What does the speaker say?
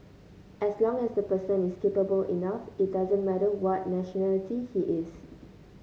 as long as the person is capable enough it doesn't matter what nationality he is